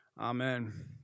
Amen